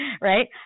right